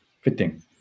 fitting